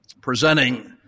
presenting